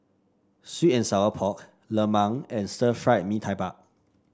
sweet and Sour Pork lemang and Stir Fried Mee Tai Mak